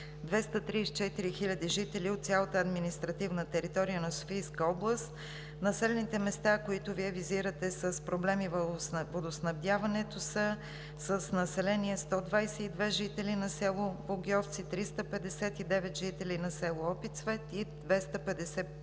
234 хиляди жители от цялата административна територия на Софийска област. Населените места, които Вие визирате, с проблеми във водоснабдяването са с население: 122 жители на село Богьовци, 359 жители на село Опицвет и 255